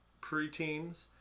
preteens